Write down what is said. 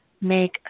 make